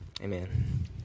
amen